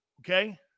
Okay